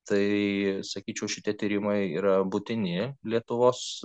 tai sakyčiau šitie tyrimai yra būtini lietuvos